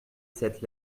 cette